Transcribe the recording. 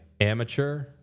Amateur